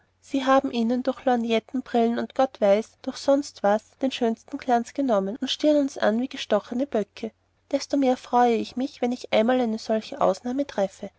sie haben ihnen durch die lorgnetten brillen und gott weiß durch was sonst den schönsten glanz benommen und stieren uns an wie gestochene böcke desto mehr freue ich mich wenn ich einmal eine solche ausnahme treffe